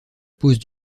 pose